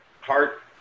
heart